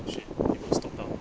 shit eagle stock down